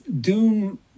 doom